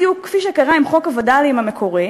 בדיוק כפי שקרה עם חוק הווד"לים המקורי,